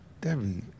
Debbie